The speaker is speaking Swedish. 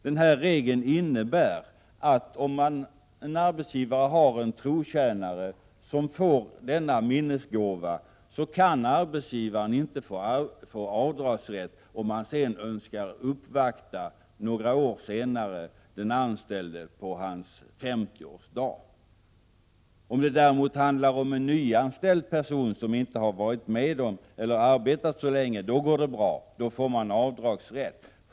Den nya regeln innebär att om en arbetsgivare har en trotjänare som får en sådan minnesgåva får arbetsgivaren inte göra avdrag om han några år senare önskar uppvakta den anställde på dennes 50-årsdag. Om det däremot handlar om en nyanställd person, som inte har arbetat så länge i företaget, går det bra — då får man avdragsrätt för gåvan.